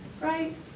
right